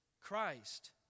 Christ